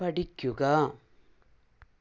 പഠിക്കുക